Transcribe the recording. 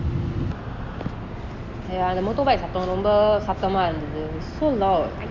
aiya the motorbikes சத்தம் ரொம்ப சத்தமா இருந்துது:satham romba sathama irunthuthu so loud